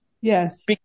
Yes